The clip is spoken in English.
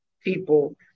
people